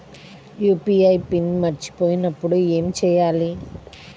UPI pin మరచిపోయినప్పుడు ఏమి చేయాలి?